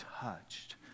touched